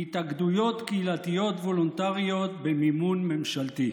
בהתאגדויות קהילתיות וולונטריות במימון ממשלתי.